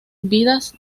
vidas